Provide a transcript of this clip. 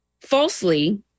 falsely